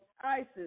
Isis